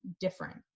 different